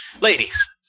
Ladies